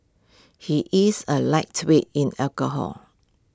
he is A lightweight in alcohol